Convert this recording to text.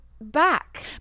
back